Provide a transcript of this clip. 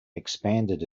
expanded